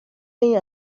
این